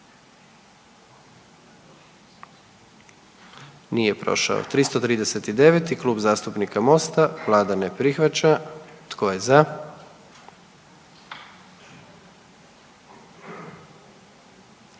dio zakona. 44. Kluba zastupnika SDP-a, vlada ne prihvaća. Tko je za?